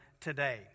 today